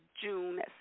June